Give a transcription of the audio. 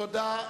תודה.